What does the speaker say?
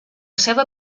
seva